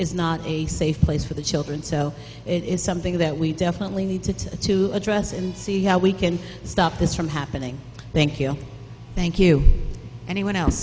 is not a safe place for the children so it is something that we definitely need to to address and see how we can stop this from happening thank you thank you anyone else